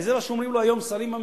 וזה מה שאומרים לו היום שרים בממשלה,